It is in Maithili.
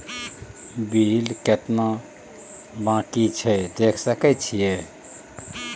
बिल केतना बाँकी छै देख सके छियै?